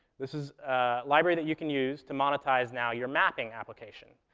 this is a library that you can use to monetize, now, your mapping application.